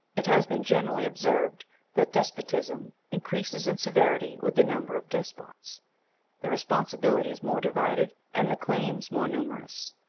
it has been generally observed that despotism increases in severity with the number of despots the responsibility is more divided, and the claims more numerous.